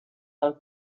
del